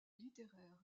littéraire